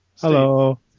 Hello